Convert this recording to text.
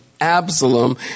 Absalom